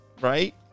right